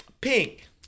Pink